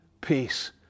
peace